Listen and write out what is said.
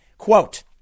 quote